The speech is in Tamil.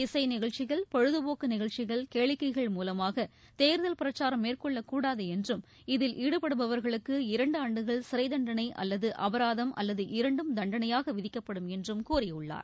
இசை நிகழ்ச்சிகள் பொழுதுபோக்கு நிகழ்ச்சிகள் கேளிக்கைகள் மூலமாக தேர்தல் பிரச்சாரம் மேற்கொள்ளக் கூடாது என்றும் இதில் ஈடுபடுபவர்களுக்கு இரண்டு ஆண்டுகள் சிறை தண்டனை அல்லது அபராதம் அல்லது இரண்டும் தண்டனையாக விதிக்கப்படும் என்று கூறியுள்ளார்